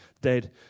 dead